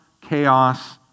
chaos